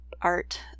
art